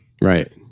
Right